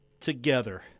together